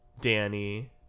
Danny